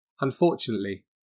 Unfortunately